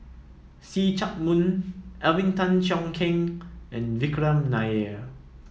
See Chak Mun Alvin Tan Cheong Kheng and Vikram Nair